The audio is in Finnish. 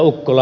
ukkola